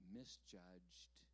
misjudged